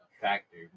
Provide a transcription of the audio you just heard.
factor